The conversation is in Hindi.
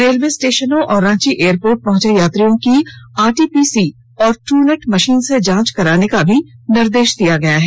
रेलवे स्टेशनों और रांची एयरपोर्ट पहंचे यात्रियों की आरटीपीसी और ट्रनेट मशीन से जांच कराने का भी निर्देश दिया गया है